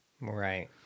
right